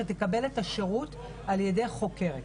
כדי שהיא תקבל את השירות על ידי חוקרת.